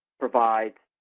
provides